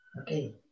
Okay